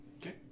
Okay